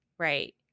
Right